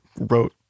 wrote